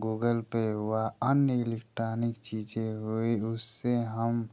Google Pay हुआ अन्य electronic चीज़ें हुईं उससे हम